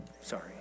sorry